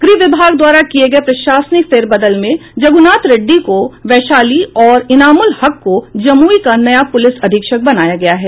गृह विभाग द्वारा किये गये प्रशासनिक फेरबदल में जगुनाथ रेड्डी को वैशाली और इनामुल हक को जमुई का नया पुलिस अधीक्षक बनाया गया है